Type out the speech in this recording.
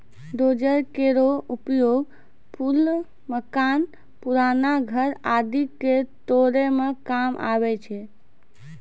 dozer केरो उपयोग पुल, मकान, पुराना घर आदि क तोरै म काम आवै छै